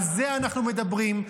על זה אנחנו מדברים,